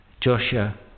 Joshua